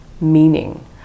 meaning